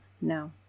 no